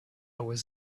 was